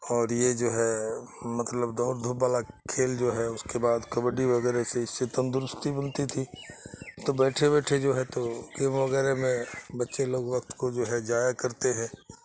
اور یہ جو ہے مطلب دوڑ دھوپ والا کھیل جو ہے اس کے بعد کبڈی وغیرہ سے اس سے تندرستی ملتی تھی تو بیٹھے بیٹھے جو ہے تو گیم وغیرہ میں بچے لوگ وقت کو جو ہے ضائع کرتے ہیں